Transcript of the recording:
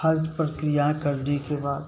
हर प्रक्रिया करने के बाद